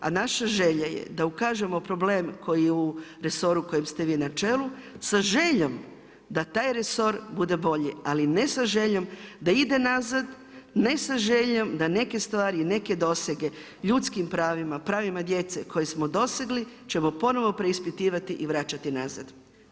A naša želja je da ukažem problem koji je u resoru kojem ste vi na čelu sa željom da taj resor bude bolji, ali ne sa željom da ide nazad, ne sa željom da neke stvari i neke dosege ljudskim pravima, pravima djece koje smo dosegli ćemo ponovno preispitivati i vraćati nazad.